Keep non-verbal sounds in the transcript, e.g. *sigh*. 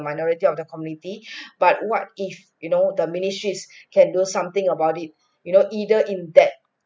minority of the community *breath* but what if you know the ministries can do something about it you know either in that